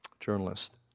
Journalist